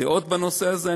דעות בנושא הזה.